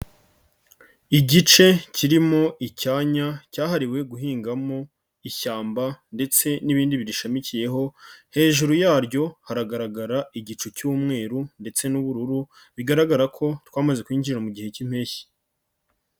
Igice kirimo icyanya cyahariwe guhingamo ishyamba ndetse n'ibindi biyishamikiyeho, hejuru yaryo haragaragara igicu cy'umweru ndetse n'ubururu, bigaragara ko twamaze kwinjira mu gihe k'impeshyi.